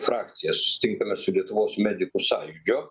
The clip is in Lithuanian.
frakcija susitinkame su lietuvos medikų sąjūdžio